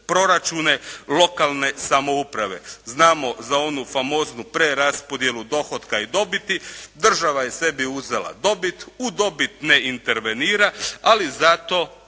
proračune lokalne samouprave. Znamo za onu famoznu preraspodjelu dohotka i dobiti. Država je sebi uzela dobit, u dobit ne intervenira, ali zato